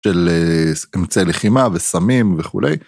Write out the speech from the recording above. של אמצעי לחימה וסמים וכולי.